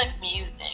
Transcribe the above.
music